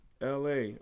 LA